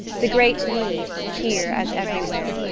the great need, here as everywhere,